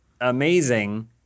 amazing